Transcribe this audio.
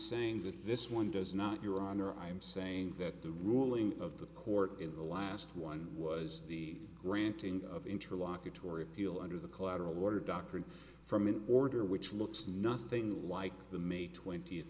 saying that this one does not your honor i am saying that the ruling of the court in the last one was the granting of interlocutory appeal under the collateral order doctrine from an order which looks nothing like the may twentieth